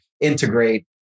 integrate